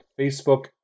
Facebook